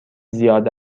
زیاد